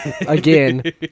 again